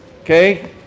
Okay